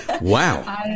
wow